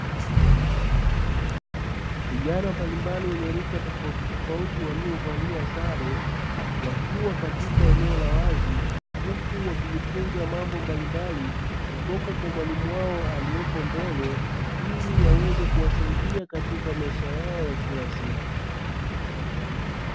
Vijana mbalimbali wenye rika tofauti tofauti waliovalia sare, wakiwa katika eneo la wazi huku wakijifunza mambo mbalimbali kutoka kwa mwalimu wao aliyeko mbele ili yaweze kuwasaidia katika maisha yao ya kila siku.